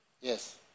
Yes